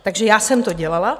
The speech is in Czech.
Takže já jsem to dělala.